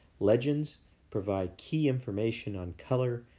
legends provide key information on color,